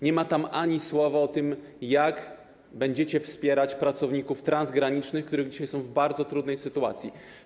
Nie ma tam ani słowa o tym, jak będziecie wspierać pracowników transgranicznych, którzy dzisiaj są w bardzo trudnej sytuacji.